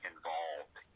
involved